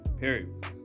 period